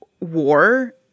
war